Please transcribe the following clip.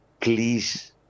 please